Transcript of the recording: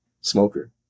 smoker